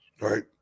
right